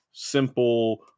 simple